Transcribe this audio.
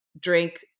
drink